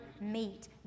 meet